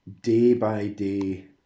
day-by-day